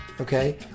okay